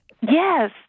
Yes